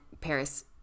Paris